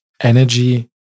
energy